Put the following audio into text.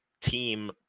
team